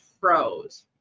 froze